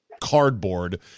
cardboard